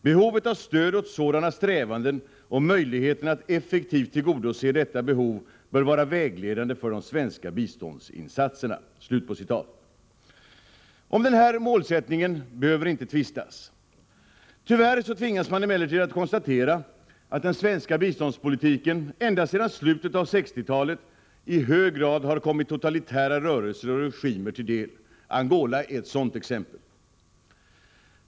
Behovet av stöd åt sådana strävanden och möjligheterna att effektivt tillgodose detta behov bör vara vägledande för de svenska biståndsinsatserna.” Detta är givetvis en riktig målsättning. Tyvärr tvingas man emellertid konstatera, att den svenska biståndspolitiken ända sedan slutet av 1960-talet i hög grad har kommit totalitära rörelser och regimer till del. Angola är ett sådant exempel.